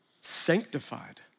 sanctified